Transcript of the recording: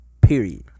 Period